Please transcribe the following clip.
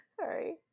Sorry